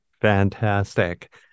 fantastic